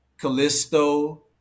Callisto